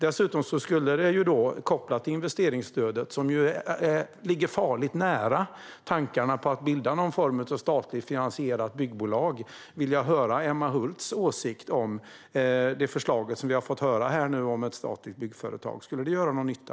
Eftersom investeringsstödet ligger farligt nära tankarna på att bilda någon form av statligt finansierat byggbolag vill jag höra Emma Hults åsikt om det förslag vi har fått höra om ett statligt byggföretag. Skulle det göra någon nytta?